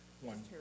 One